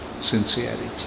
sincerity